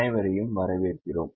அனைவரையும் வரவேற்கிறோம்